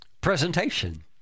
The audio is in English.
Presentation